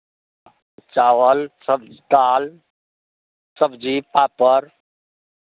चावल सब् दालि सबजी पापड़